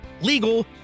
legal